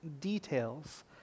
details